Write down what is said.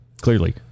clearly